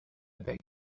beg